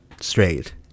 straight